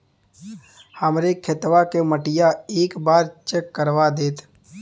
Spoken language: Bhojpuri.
हमरे खेतवा क मटीया एक बार चेक करवा देत?